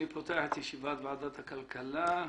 אני פותח את ישיבת ועדת הכלכלה.